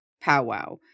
powwow